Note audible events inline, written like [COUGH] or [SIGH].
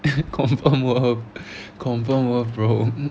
[LAUGHS] confirm worth confirm worth bro